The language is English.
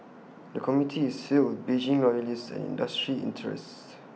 the committee is sealed Beijing loyalists and industry interests